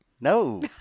No